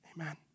amen